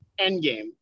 Endgame